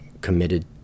committed